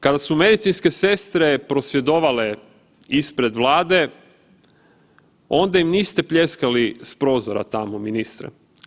Kada su medicinske sestre prosvjedovale ispred Vlade, onda im niste pljeskali s prozora tamo, ministre.